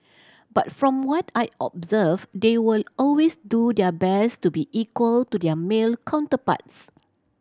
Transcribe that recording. but from what I observed they will always do their best to be equal to their male counterparts